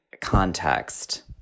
context